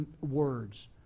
words